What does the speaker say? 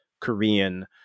Korean